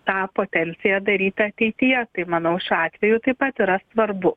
tą potenciją daryti ateityje tai manau šiuo atveju taip pat yra svarbu